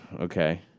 Okay